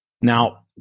Now